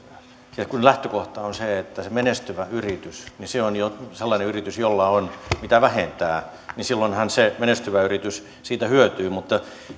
kun lähtökohta on se että se menestyvä yritys on jo sellainen yritys jolla on mitä vähentää niin silloinhan se menestyvä yritys siitä hyötyy mutta